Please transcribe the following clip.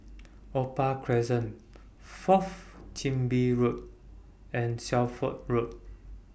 Opal Crescent Fourth Chin Bee Road and Shelford Road